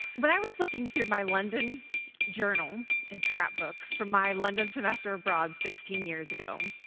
when i was looking through my london journal and scrapbook from my london semester abroad sixteen years ago,